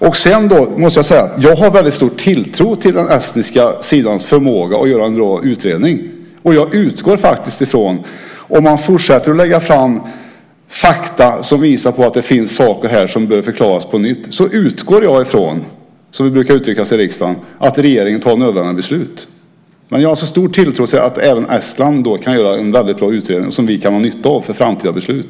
Jag måste säga att jag har väldigt stor tilltro till den estniska sidans förmåga att göra en bra utredning. Om man fortsätter att lägga fram fakta som visar på att det finns saker här som behöver förklaras på nytt, utgår jag ifrån, som vi brukar uttrycka oss i riksdagen, att regeringen fattar nödvändiga beslut. Men jag har alltså stor tilltro till att även Estland kan göra en väldigt bra utredning som vi kan ha nytta av för framtida beslut.